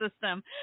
system